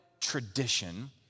tradition